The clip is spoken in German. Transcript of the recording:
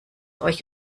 euch